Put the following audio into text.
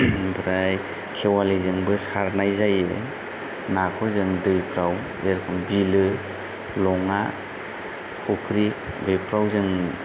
ओमफ्राय खेवालिजोंबो सारनाय जायो नाखौ जों दैफ्राव जेरेखम बिलो लङा फख्रि बेफ्राव जों